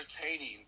entertaining